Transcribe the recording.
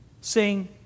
Sing